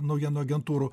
naujienų agentūrų